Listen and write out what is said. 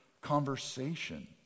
conversation